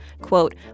Quote